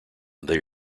they